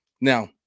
Now